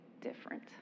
different